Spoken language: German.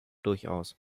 durchaus